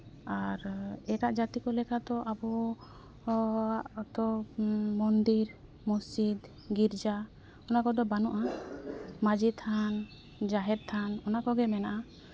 ᱟᱨ ᱮᱴᱟᱜ ᱡᱟᱹᱛᱤ ᱠᱚ ᱞᱮᱠᱟ ᱫᱚ ᱟᱵᱚᱣᱟᱜ ᱫᱚ ᱢᱚᱱᱫᱤᱨ ᱢᱚᱥᱡᱤᱫ ᱜᱤᱨᱡᱟ ᱱᱚᱣᱟ ᱠᱚᱫᱚ ᱵᱟᱹᱱᱩᱜᱼᱟ ᱢᱟᱹᱡᱷᱤ ᱛᱷᱟᱱ ᱡᱟᱦᱮᱨ ᱛᱷᱟᱱ ᱚᱱᱟ ᱠᱚᱜᱮ ᱢᱮᱱᱟᱜᱼᱟ